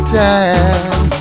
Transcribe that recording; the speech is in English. time